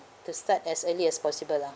to start as early as possible lah